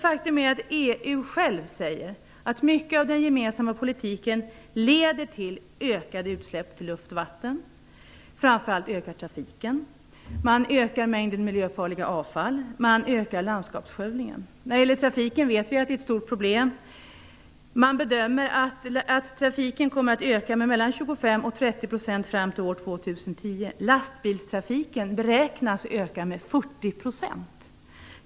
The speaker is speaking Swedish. EU säger självt att mycket av den gemensamma politiken leder till ökade utsläpp i luft och vatten, trafiken ökar, mängden miljöfarligt avfall ökar och landskapsskövlingen ökar. Vi vet att trafiken utgör ett stort problem. EU bedömer att omfattningen av trafiken kommer att öka med 25-30 % fram till år 2010. Lastbilstrafiken beräknas öka med 40 %.